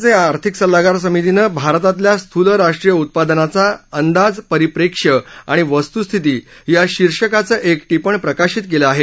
प्रधानमंत्र्यांच्या आर्थिक सल्लागार समितीनं भारतातल्या स्थूल राष्ट्रीय उत्पादनाचा अंदाज परिप्रेक्ष्य आणि वस्त्स्थिती या शिर्षकाचं एक टिपण प्रकाशित केलं आहे